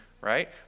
right